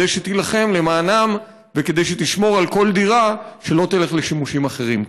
כדי שתילחם למענם וכדי שתשמור על כל דירה שלא תלך לשימושים אחרים.